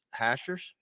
hashers